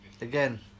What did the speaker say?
again